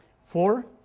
Four